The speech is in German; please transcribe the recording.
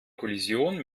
kollision